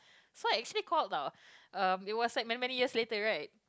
so actually called tau um it was like many many years later right